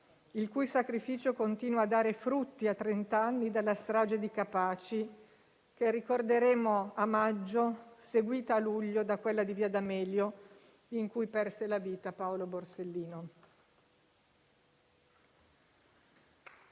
il cui sacrificio continua a dare frutti a trent'anni dalla strage di Capaci, che ricorderemo a maggio, seguita a luglio da quella di via D'Amelio, in cui perse la vita Paolo Borsellino.